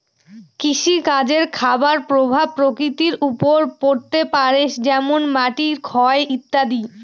কৃষিকাজের খারাপ প্রভাব প্রকৃতির ওপর পড়তে পারে যেমন মাটির ক্ষয় ইত্যাদি